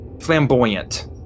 flamboyant